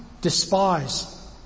despise